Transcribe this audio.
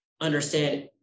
understand